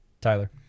Tyler